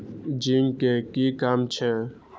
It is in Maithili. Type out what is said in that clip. जिंक के कि काम छै?